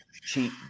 cheap